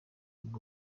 muri